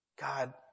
God